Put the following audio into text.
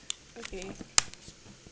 okay